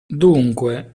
dunque